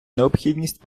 необхідність